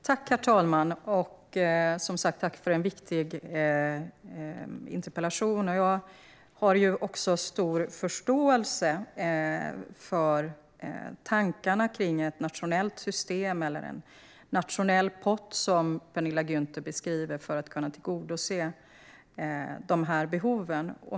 Herr talman! Som sagt: Tack för en viktig interpellation, Penilla Gunther! Jag har stor förståelse för tankarna kring ett nationellt system eller en nationell pott, som Penilla Gunther beskriver, för att kunna tillgodose dessa behov.